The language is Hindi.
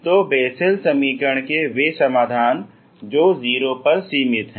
तो बेससेल समीकरण के वे समाधान जो 0 पर सीमित हैं